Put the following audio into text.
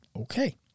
Okay